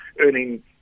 earning